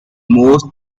most